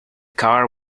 car